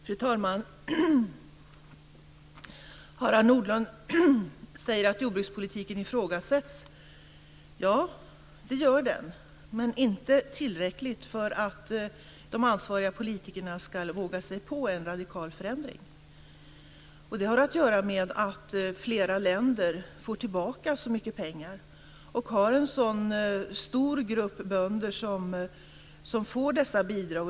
Fru talman! Harald Nordlund säger att jordbrukspolitiken ifrågasätts. Ja, den ifrågasätts. Men inte tillräckligt för att de ansvariga politikerna ska våga sig på en radikal förändring. Det har att göra med att flera länder får tillbaka så mycket pengar och har en så stor grupp bönder som får dessa bidrag.